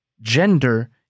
Gender